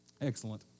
Excellent